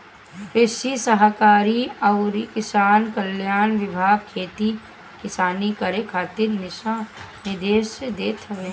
कृषि सहकारिता अउरी किसान कल्याण विभाग खेती किसानी करे खातिर दिशा निर्देश देत हवे